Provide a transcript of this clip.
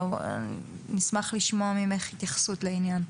נשמח לשמוע ממך התייחסות לעניין.